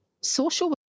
social